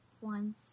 One